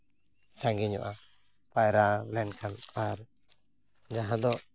ᱥᱟᱺᱜᱤᱧᱚᱜᱼᱟ ᱯᱟᱭᱨᱟ ᱞᱮᱱᱠᱷᱟᱱ ᱟᱨ ᱡᱟᱦᱟᱸ ᱫᱚ